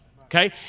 okay